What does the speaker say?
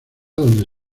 donde